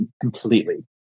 completely